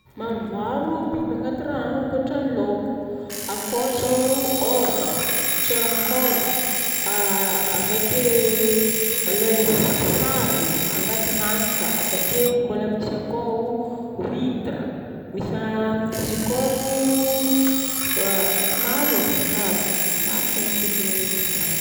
Maromaro biby agnaty rano ankoatran laoko. Akô zao oragna, tsiorankoragna, avake lai sa sahogno agnaty rano koa, avakeo mbola misy akao huitre, misy amin'izy akao, maro e,maro, maro fo eky biby miaigny agnaty rano.